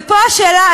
ופה השאלה,